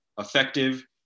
effective